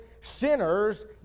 sinners